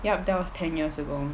yup that was ten years ago